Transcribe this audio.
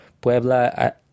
Puebla